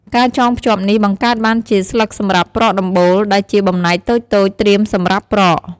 ការចងភ្ជាប់នេះបង្កើតបានជា ស្លឹកសម្រាប់ប្រក់ដំបូល ដែលជាបំណែកតូចៗត្រៀមសម្រាប់ប្រក់។